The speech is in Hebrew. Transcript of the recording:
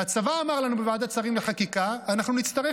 והצבא אמר לנו בוועדת שרים לחקיקה: אנחנו נצטרך